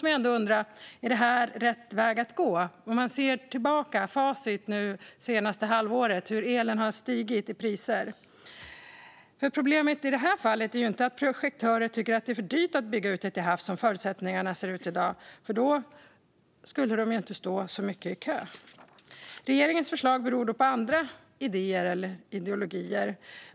Man kan undra om detta är rätt väg att gå sett till facit det senaste halvåret och de stigande elpriserna. Problemet i det här fallet är inte att projektörer tycker att det är för dyrt att bygga ute till havs så som förutsättningarna ser ut i dag. Då skulle de ju inte stå i kö så mycket. Regeringens förslag beror på andra idéer eller ideologier.